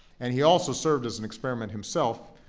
and he also served as an experiment himself.